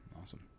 Awesome